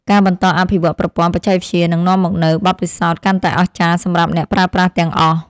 ការបន្តអភិវឌ្ឍប្រព័ន្ធបច្ចេកវិទ្យានឹងនាំមកនូវបទពិសោធន៍កាន់តែអស្ចារ្យសម្រាប់អ្នកប្រើប្រាស់ទាំងអស់។